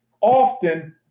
often